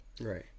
right